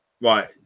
right